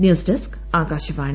news desk Akashvani